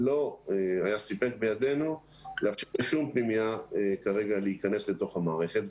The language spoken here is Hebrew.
לא היה סיפק בידינו לאפשר לשום פנימייה להיכנס אל תוך המערכת.